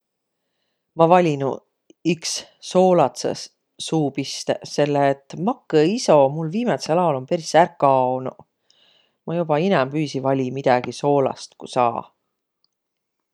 Ma valinuq iks soolatsõs- suupistõq, sell et makõiso um mul viimätsel aol um peris ärq kaonuq. Ma joba inämbüisi vali midägi soolast, ku saa.